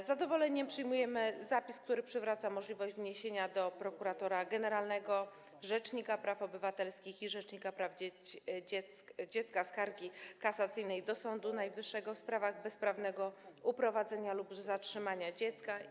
Z zadowoleniem przyjmujemy zapis, który przywraca możliwość wniesienia przez prokuratora generalnego, rzecznika praw obywatelskich i rzecznika praw dziecka skargi kasacyjnej do Sądu Najwyższego w sprawach bezprawnego uprowadzenia lub zatrzymania dziecka.